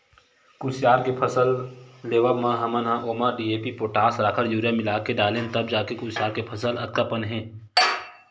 कुसियार के फसल लेवब म हमन ह ओमा डी.ए.पी, पोटास, राखड़, यूरिया मिलाके डालेन तब जाके कुसियार के फसल अतका पन हे